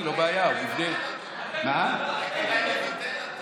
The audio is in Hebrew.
כדאי לבטל אותו.